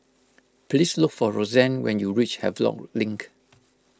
please look for Roxane when you reach Havelock Link